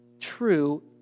true